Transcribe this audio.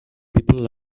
people